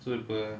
so இப்ப:ippa